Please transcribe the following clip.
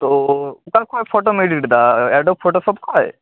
ᱛᱚ ᱚᱠᱟ ᱠᱷᱚᱡ ᱯᱷᱳᱴᱳᱢ ᱮᱰᱤᱴᱮᱫᱟ ᱮᱰᱳᱵ ᱯᱷᱳᱴᱳ ᱥᱳᱯ ᱠᱷᱚᱡ